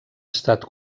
estat